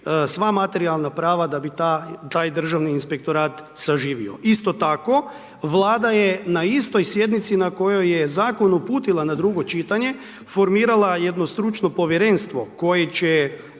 sva materijalna prava da bi taj državni inspektorat saživio. Isto tako Vlada je na istoj sjednici na kojoj je zakon uputila na drugo čitanje formirala jedno stručno povjerenstvo koje će